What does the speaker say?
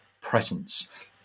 presence